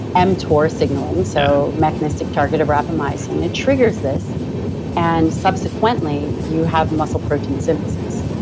mtor signaling so mechanistic target of rapamycin. it triggers this and subsequently you have muscle protein synthesis.